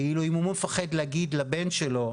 כי אם הוא מפחד להגיד את זה לבן שלו,